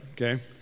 okay